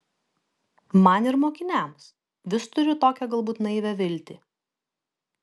man ir mokiniams vis turiu tokią galbūt naivią viltį